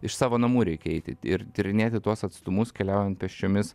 iš savo namų reikia eiti ir tyrinėti tuos atstumus keliaujant pėsčiomis